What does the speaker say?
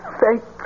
thank